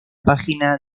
página